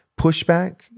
pushback